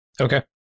okay